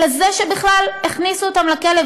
אלא זה שבכלל הכניסו אותה לכלא.